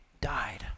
died